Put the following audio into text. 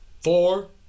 four